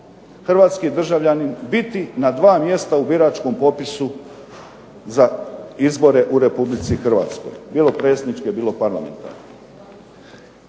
hrvatski državljanin, biti na dva mjesta u biračkom popisu za izbore u Republici Hrvatskoj bilo predsjedničke bilo parlamentarne.